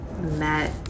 met